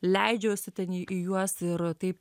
leidžiuosi ten į į juos ir taip